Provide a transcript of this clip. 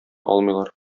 алмыйлар